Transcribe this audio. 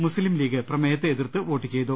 മുസ്ലിം ലീഗ് പ്രമേയത്തെ എതിർത്ത് വോട്ടുചെയ്തു